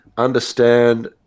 understand